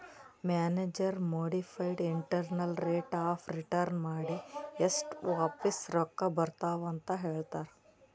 manager modified internal rate of return ಮಾಡಿನೆ ಎಸ್ಟ್ ವಾಪಿಸ್ ರೊಕ್ಕಾ ಬರ್ತಾವ್ ಅಂತ್ ಹೇಳ್ತಾರ್